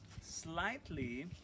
slightly